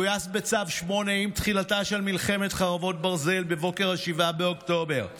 גויס בצו 8 עם תחילתה של מלחמת חרבות ברזל בבוקר 7 באוקטובר.